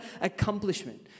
accomplishment